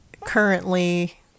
currently